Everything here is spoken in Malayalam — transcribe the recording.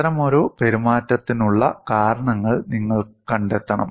അത്തരമൊരു പെരുമാറ്റത്തിനുള്ള കാരണങ്ങൾ നിങ്ങൾ കണ്ടെത്തണം